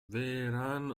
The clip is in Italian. vehrehan